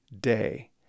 day